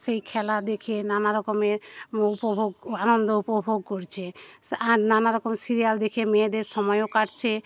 সেই খেলা দেখে নানারকমের উপভোগ আনন্দ উপভোগ করছে আর নানারকম সিরিয়াল দেখে মেয়েদের সময়ও কাটছে